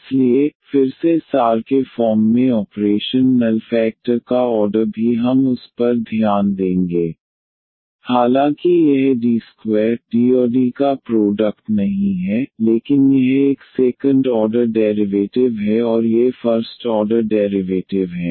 इसलिए फिर से सार के फॉर्म में ऑपरेशन नल फेकटर का ऑर्डर भी हम उस पर ध्यान देंगे D βD αyD2 αβDαβy हालांकि यह D2 D और D का प्रोडक्ट नहीं है लेकिन यह एक सेकंड ऑर्डर डेरिवेटिव है और ये फर्स्ट ऑर्डर डेरिवेटिव हैं